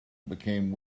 became